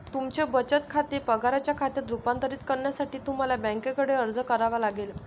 तुमचे बचत खाते पगाराच्या खात्यात रूपांतरित करण्यासाठी तुम्हाला बँकेकडे अर्ज करावा लागेल